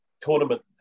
tournament